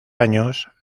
años